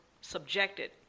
subjected